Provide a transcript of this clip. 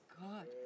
God